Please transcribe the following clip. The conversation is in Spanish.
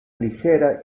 ligera